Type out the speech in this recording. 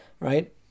Right